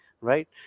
right